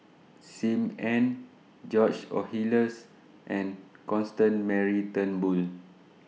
SIM Ann George Oehlers and Constance Mary Turnbull